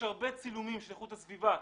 יש הרבה צילומים של איכות הסביבה.